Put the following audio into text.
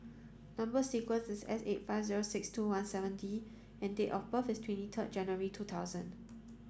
number sequence is S eight five zero six two one seven D and date of birth is twenty third January two thousand